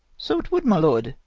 so it would, my lord,